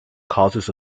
causes